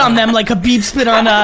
um them like khabib spit on ah